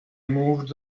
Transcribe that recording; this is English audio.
moved